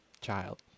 child